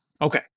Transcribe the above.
Okay